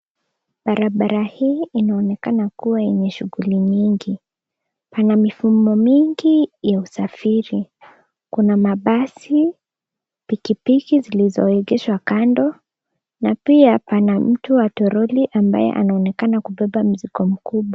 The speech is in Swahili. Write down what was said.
Barabara hii inaonekana kuwa yenye shughuli nyingi . Pana mifumo mingi ya usafiri. Kuna mabasi, pikipiki zilizoegeshwa kando na pia pana mtu wa toroli ambaye anaonekana kubeba mzigo mkubwa.